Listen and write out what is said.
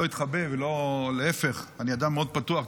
לא אתחבא, להפך, אני אדם מאוד פתוח.